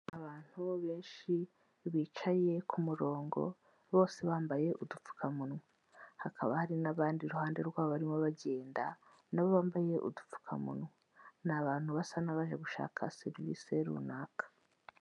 Abantu benshi bicaye ku murongo bose bambaye udupfukamunwa, hakaba hari n'abandi iruhande rwabo barimo bagenda nabo bambaye udupfukamunwa, ni abantu basa n'abaje gushaka serivise runaka.